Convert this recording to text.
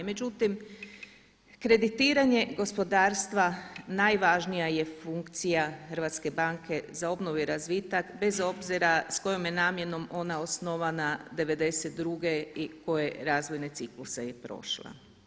Međutim, kreditiranje gospodarstva najvažnija je funkcija Hrvatske banke za obnovu i razvitak bez obzira s kojom je namjenom ona osnovana '92. i koje razvojne cikluse je prošla.